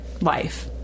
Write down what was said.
life